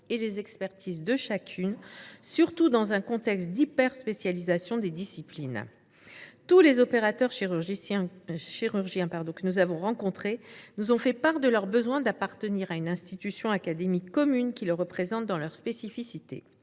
et les expertises de chacune des académies, surtout dans un contexte d’hyperspécialisation des disciplines. Tous les opérateurs chirurgiens que nous avons rencontrés nous ont fait part de leur besoin d’appartenir à une institution académique commune qui les représente dans leur spécificité.